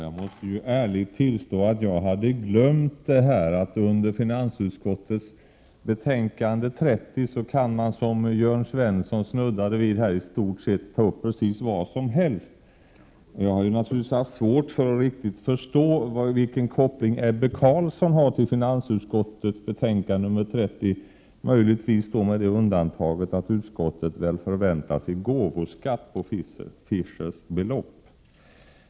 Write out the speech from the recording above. Herr talman! Jag måste ärligt tillstå att jag hade glömt att i debatten om finansutskottets betänkande 30 kan man, som Jörn Svensson snuddade vid, ta uppistort sett precis vad som helst. Jag har naturligtvis haft svårt att riktigt förstå vilken koppling Ebbe Carlsson har till finansutskottets betänkande 30, möjligtvis med det undantaget att utskottet väl förväntar sig gåvoskatt på beloppet som Fischer ställt till förfogande.